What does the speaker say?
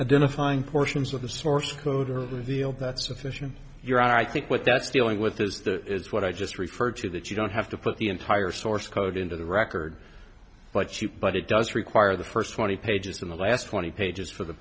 identifying portions of the source code are revealed that sufficient you're i think what that's dealing with is the is what i just referred to that you don't have to put the entire source code into the record but cheap but it does require the first twenty pages in the last twenty pages for the